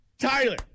Tyler